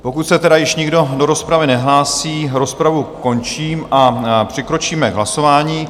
Pokud se tedy již nikdo do rozpravy nehlásí, rozpravu končím a přikročíme k hlasování.